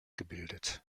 gebildet